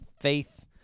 Faith